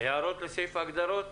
הערות לסעיף ההגדרות?